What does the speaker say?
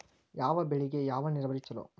ಯಾವ ಬೆಳಿಗೆ ಯಾವ ನೇರಾವರಿ ಛಲೋ?